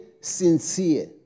sincere